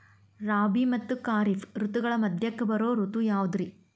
ರಾಬಿ ಮತ್ತ ಖಾರಿಫ್ ಋತುಗಳ ಮಧ್ಯಕ್ಕ ಬರೋ ಋತು ಯಾವುದ್ರೇ?